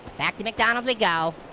back to mcdonald's we go.